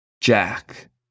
Jack